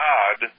God